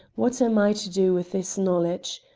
what am i to do with this knowledge?